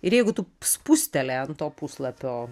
ir jeigu tu spusteli ant to puslapio